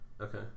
Okay